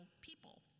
people